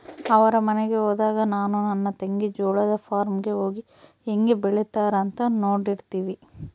ಅವರ ಮನೆಗೆ ಹೋದಾಗ ನಾನು ನನ್ನ ತಂಗಿ ಜೋಳದ ಫಾರ್ಮ್ ಗೆ ಹೋಗಿ ಹೇಂಗೆ ಬೆಳೆತ್ತಾರ ಅಂತ ನೋಡ್ತಿರ್ತಿವಿ